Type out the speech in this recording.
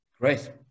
Great